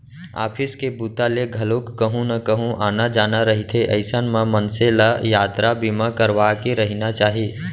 office के बूता ले घलोक कहूँ न कहूँ आना जाना रहिथे अइसन म मनसे ल यातरा बीमा करवाके रहिना चाही